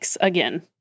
again